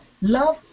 love